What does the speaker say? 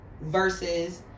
versus